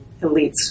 elites